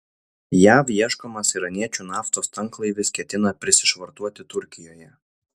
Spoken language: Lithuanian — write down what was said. jav ieškomas iraniečių naftos tanklaivis ketina prisišvartuoti turkijoje